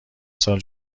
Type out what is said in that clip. سال